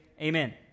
amen